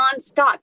nonstop